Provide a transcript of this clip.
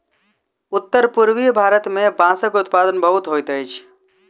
उत्तर पूर्वीय भारत मे बांसक उत्पादन बहुत होइत अछि